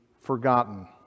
forgotten